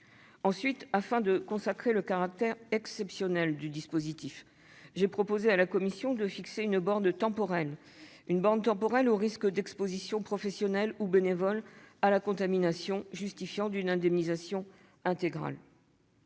Ensuite, afin de consacrer le caractère exceptionnel du dispositif, j'ai proposé à la commission de fixer une borne temporelle au risque d'exposition professionnelle ou bénévole à la contamination justifiant une indemnisation intégrale.